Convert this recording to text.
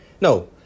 No